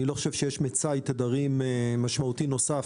אני לא חושב שיש מצאי תדרים משמעותי נוסף